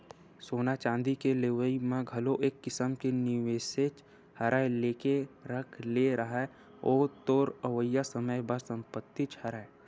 सोना चांदी के लेवई ह घलो एक किसम के निवेसेच हरय लेके रख ले रहा ओहा तोर अवइया समे बर संपत्तिच हरय